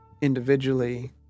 Individually